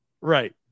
Right